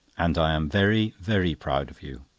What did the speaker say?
and i am very, very proud of you.